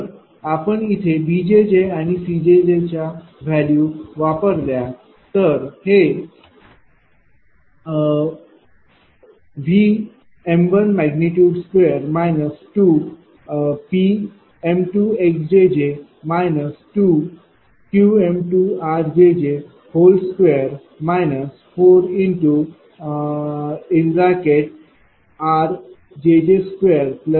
जर आपण इथे b आणि c च्या व्हॅल्यू वापरल्या तर हे।V।2 2Pm2xjj 2Qm2rjj2 4r2jjx2jjP2m2Q2m2≥0 अशाप्रकारे असेल